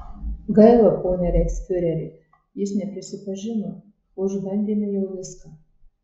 gaila pone reichsfiureri jis neprisipažino o išbandėme jau viską